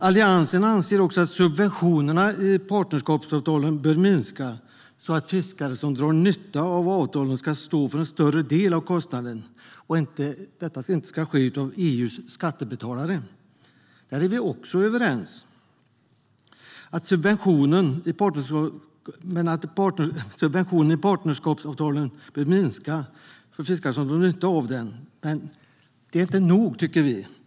Alliansen anser också att subventionerna i partnerskapsavtalen bör minska så att fiskare som drar nytta av avtalen ska stå för en större del av kostnaden och inte EU:s skattebetalare. Det är vi också överens. Att subventionen i partnerskapsavtalen bör minska för de fiskare som drar nytta av den är inte nog.